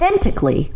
authentically